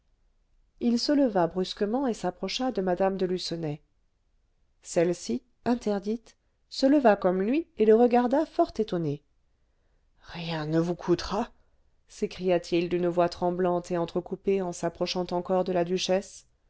il se leva brusquement et s'approcha de mme de lucenay celle-ci interdite se leva comme lui et le regarda fort étonnée rien ne vous coûtera s'écria-t-il d'une voix tremblante et entrecoupée en s'approchant encore de la duchesse